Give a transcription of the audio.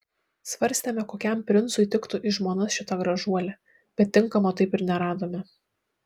svarstėme kokiam princui tiktų į žmonas šita gražuolė bet tinkamo taip ir neradome